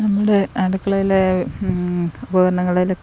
നമ്മളുടെ അടുക്കളയിലെ ഉപകരണങ്ങളിൽ